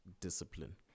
discipline